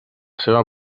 seva